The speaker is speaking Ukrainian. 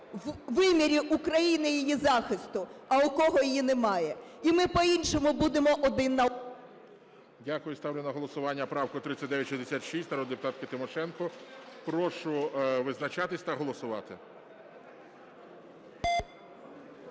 у вимірі України і її захисту, а у кого її немає. І ми по-іншому будемо один…